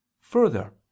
Further